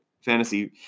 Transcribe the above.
fantasy